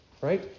Right